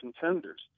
contenders